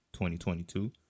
2022